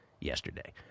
yesterday